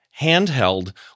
handheld